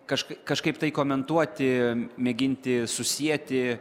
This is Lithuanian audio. kažk kažkaip tai komentuoti mėginti susieti